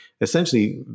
essentially